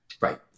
Right